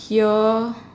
here